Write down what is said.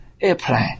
airplane